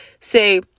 say